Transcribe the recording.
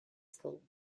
school